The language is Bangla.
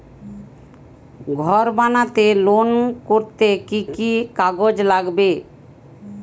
ঘর বানাতে লোন করতে কি কি কাগজ লাগবে?